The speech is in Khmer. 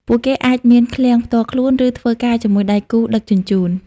ពួកគេអាចមានឃ្លាំងផ្ទាល់ខ្លួន ឬធ្វើការជាមួយដៃគូដឹកជញ្ជូន។